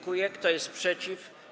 Kto jest przeciw?